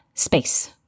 Space